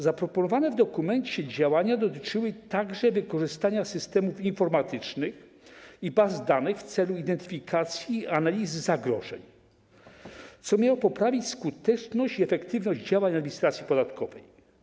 Zaproponowane w dokumencie działania dotyczyły także wykorzystania systemów informatycznych i baz danych w celu identyfikacji i analizy zagrożeń, co miało poprawić skuteczność i efektywność działań legislacji podatkowej.